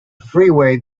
freeway